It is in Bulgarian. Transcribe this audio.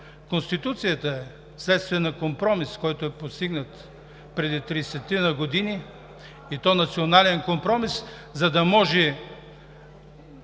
Конституцията е следствие на компромис, който е постигнат преди тридесетина години, и то национален компромис, за да можем